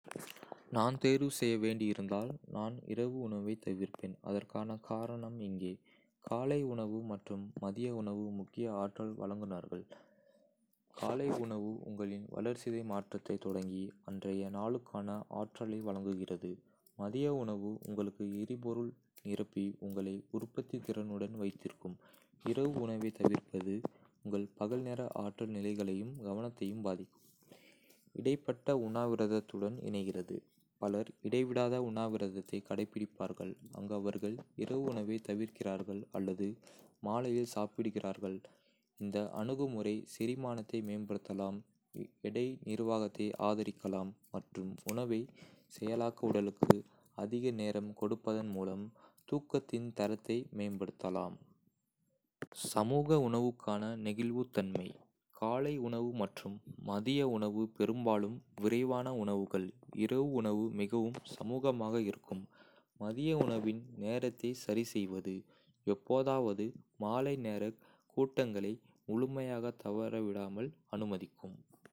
நான் தேர்வு செய்ய வேண்டியிருந்தால், நான் இரவு உணவைத் தவிர்ப்பேன், அதற்கான காரணம் இங்கே. காலை உணவு மற்றும் மதிய உணவு முக்கிய ஆற்றல் வழங்குநர்கள். காலை உணவு உங்களின் வளர்சிதை மாற்றத்தைத் தொடங்கி, அன்றைய நாளுக்கான ஆற்றலை வழங்குகிறது, மதிய உணவு உங்களுக்கு எரிபொருள் நிரப்பி உங்களை உற்பத்தித் திறனுடன் வைத்திருக்கும். இரவு உணவைத் தவிர்ப்பது உங்கள் பகல்நேர ஆற்றல் நிலைகளையும் கவனத்தையும் பாதிக்கும். இடைப்பட்ட உண்ணாவிரதத்துடன் இணைகிறது. பலர் இடைவிடாத உண்ணாவிரதத்தை கடைப்பிடிக்கிறார்கள், அங்கு அவர்கள் இரவு உணவைத் தவிர்க்கிறார்கள் அல்லது மாலையில் சாப்பிடுகிறார்கள். இந்த அணுகுமுறை செரிமானத்தை மேம்படுத்தலாம், எடை நிர்வாகத்தை ஆதரிக்கலாம் மற்றும் உணவைச் செயலாக்க உடலுக்கு அதிக நேரம் கொடுப்பதன் மூலம் தூக்கத்தின் தரத்தை மேம்படுத்தலாம். சமூக உணவுக்கான நெகிழ்வுத்தன்மை. காலை உணவு மற்றும் மதிய உணவு பெரும்பாலும் விரைவான உணவுகள், இரவு உணவு மிகவும் சமூகமாக இருக்கும். மதிய உணவின் நேரத்தைச் சரிசெய்வது, எப்போதாவது மாலை நேரக் கூட்டங்களை முழுமையாகத் தவறவிடாமல் அனுமதிக்கும்.